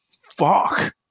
Fuck